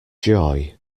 joy